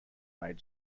major